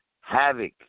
Havoc